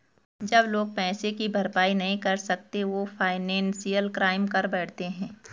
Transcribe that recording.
जब लोग पैसे की भरपाई नहीं कर सकते वो फाइनेंशियल क्राइम कर बैठते है